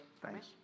Thanks